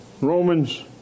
Romans